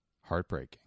heartbreaking